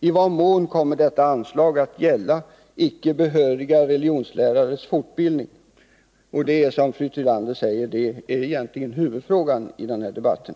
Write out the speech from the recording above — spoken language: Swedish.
I vad mån kommer detta anslag att gälla icke behöriga religionslärares fortbildning? Det är, som fru Tillander säger, egentligen huvudfrågan i den här debatten.